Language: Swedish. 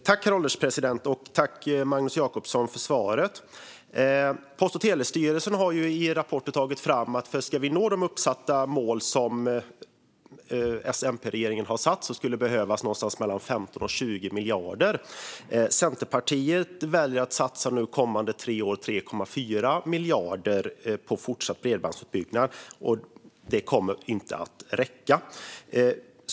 Herr ålderspresident! Jag tackar Magnus Jacobsson för svaret. Post och telestyrelsen har i rapporter tagit fram att om vi ska nå de mål som S-MP-regeringen satt upp skulle det behövas någonstans mellan 15 och 20 miljarder. Centerpartiet väljer att de kommande tre åren satsa 3,4 miljarder på fortsatt bredbandsutbyggnad. Det kommer inte att räcka.